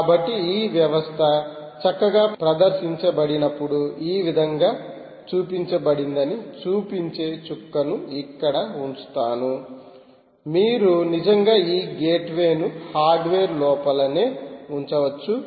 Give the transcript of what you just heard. కాబట్టి ఈ వ్యవస్థ చక్కగా ప్రదర్శించబడినప్పుడు ఈ విధంగా చూపించబడిందని చూపించే చుక్కను ఇక్కడ ఉంచుతాను మీరు నిజంగా ఈ గేట్వే ను ఈ హార్డ్వేర్ లోపలనే ఉంచవచ్చు